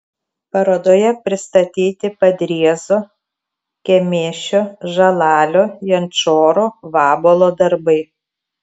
parodoje pristatyti padriezo kemėšio žalalio jančoro vabuolo darbai